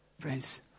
Friends